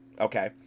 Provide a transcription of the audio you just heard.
okay